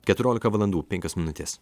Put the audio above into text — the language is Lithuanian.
keturiolika valandų penkios minutės